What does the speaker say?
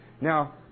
Now